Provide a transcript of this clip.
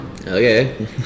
Okay